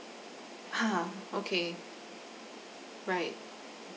ha okay right